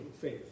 faith